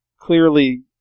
clearly